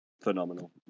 phenomenal